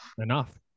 enough